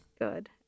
Good